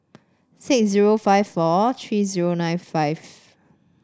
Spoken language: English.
six zero five four tree zero nine five